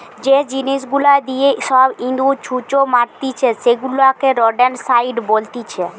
যে জিনিস গুলা দিয়ে সব ইঁদুর, ছুঁচো মারতিছে সেগুলাকে রোডেন্টসাইড বলতিছে